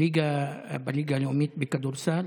בליגה הלאומית בכדורסל.